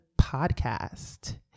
Podcast